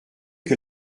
que